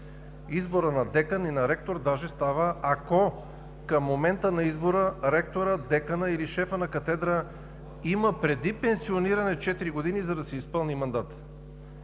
Изборът на декан и на ректор дори става, ако към момента на избора ректорът, деканът или шефът на катедра има преди пенсиониране четири години, за да си изпълни мандата.